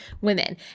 women